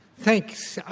thanks.